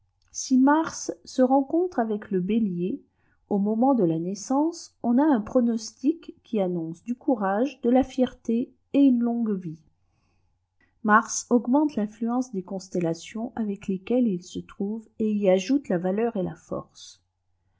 mars se rencontre avec le bélier au moment de la naissance on a un pronostic qui annonce du courage de la fierté et une longue vie mars augmente l'influence des constellations avec lesquelles il se trouve et y ajoute la valeur et la force